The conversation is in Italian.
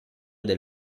del